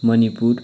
Manipur